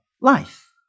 life